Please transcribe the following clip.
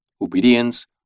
obedience